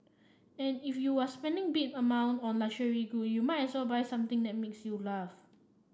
and if you're spending big among on a luxury good you might as well buy something that makes you laugh